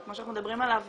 כמו שאנחנו מדברים עליהם